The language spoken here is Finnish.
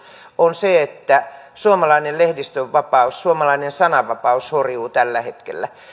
on se että suomalainen lehdistönvapaus suomalainen sananvapaus horjuu tällä hetkellä